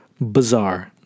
bizarre